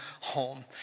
home